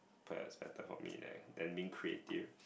kind of expected from me than than being creative